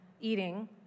eating